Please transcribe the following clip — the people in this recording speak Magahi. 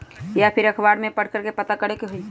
या फिर अखबार में पढ़कर के पता करे के होई?